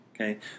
okay